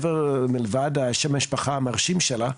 מלבד שם המשפחה המרשים שלה.